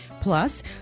Plus